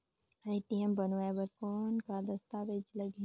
ATM बनवाय बर कौन का दस्तावेज लगही?